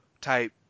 type